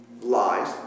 Lies